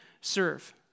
serve